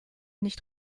nicht